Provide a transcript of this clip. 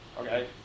Okay